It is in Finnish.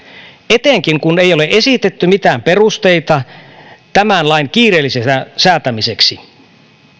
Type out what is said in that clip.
etenkin kun ei ole esitetty mitään perusteita tämän lain kiireelliseksi säätämiseksi